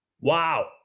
wow